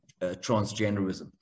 transgenderism